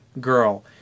girl